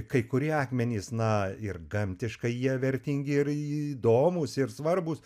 kai kurie akmenys na ir gamtiškai jie vertingi ir įdomūs ir svarbūs